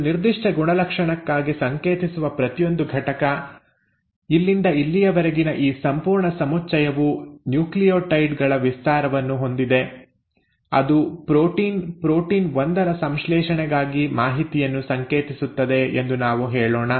ಒಂದು ನಿರ್ದಿಷ್ಟ ಗುಣಲಕ್ಷಣಕ್ಕಾಗಿ ಸಂಕೇತಿಸುವ ಪ್ರತಿಯೊಂದು ಘಟಕ ಇಲ್ಲಿಂದ ಇಲ್ಲಿಯವರೆಗಿನ ಈ ಸಂಪೂರ್ಣ ಸಮುಚ್ಚಯವು ನ್ಯೂಕ್ಲಿಯೋಟೈಡ್ ಗಳ ವಿಸ್ತಾರವನ್ನು ಹೊಂದಿದೆ ಅದು ಪ್ರೋಟೀನ್ ಪ್ರೋಟೀನ್ 1ರ ಸಂಶ್ಲೇಷಣೆಗಾಗಿ ಮಾಹಿತಿಯನ್ನು ಸಂಕೇತಿಸುತ್ತದೆ ಎಂದು ನಾವು ಹೇಳೋಣ